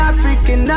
African